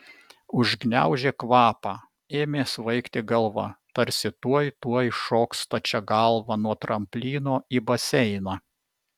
užgniaužė kvapą ėmė svaigti galva tarsi tuoj tuoj šoks stačia galva nuo tramplyno į baseiną